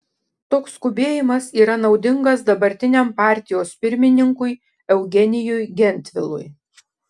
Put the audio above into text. toks skubėjimas yra naudingas dabartiniam partijos pirmininkui eugenijui gentvilui